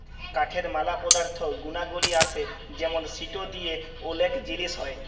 কাঠের ম্যালা পদার্থ গুনাগলি আসে যেমন সিটো দিয়ে ওলেক জিলিস হ্যয়